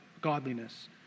godliness